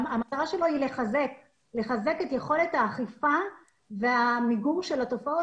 מטרת התוכנית היא לחזק את יכולת האכיפה והמיגור של התופעות